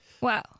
Wow